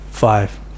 five